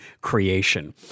creation